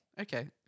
Okay